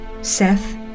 Seth